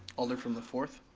alder from the fourth.